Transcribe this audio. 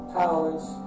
talents